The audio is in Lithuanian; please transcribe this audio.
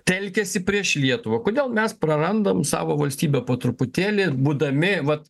telkiasi prieš lietuvą kodėl mes prarandam savo valstybę po truputėlį būdami vat